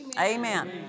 Amen